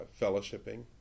fellowshipping